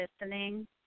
listening